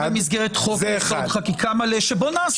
במסגרת חוק יסוד: חקיקה מלא שבוא נעצור.